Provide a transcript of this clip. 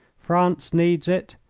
france needs it,